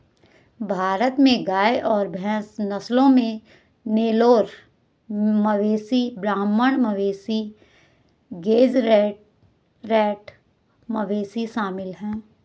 भारत में गाय और भैंस नस्लों में नेलोर मवेशी ब्राह्मण मवेशी गेज़रैट मवेशी शामिल है